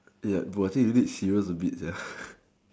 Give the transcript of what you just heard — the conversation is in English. ya but I see you need shield to beat